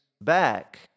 back